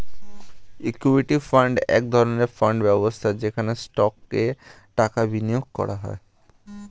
equity fund এক রকমের fund ব্যবস্থা যেখানে স্টকে টাকা বিনিয়োগ করা হয়